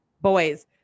boys